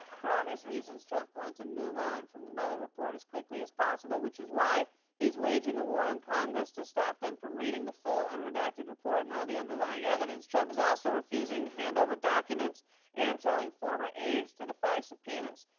for obvious reasons, trump wants to and move on from the mueller report as quickly as possible, which is why he's waging a war on congress to stop them from reading the full, unredacted report and all the underlying evidence. trump is also refusing to hand over documents and telling former aides to defy subpoenas.